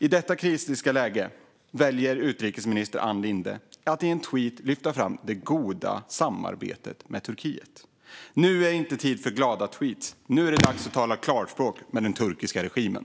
I detta kritiska läge väljer utrikesministern Ann Linde att i en tweet lyfta fram det goda samarbetet med Turkiet. Nu är det inte tid för glada tweetar. Nu är det dags att tala klarspråk med den turkiska regimen!